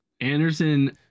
Anderson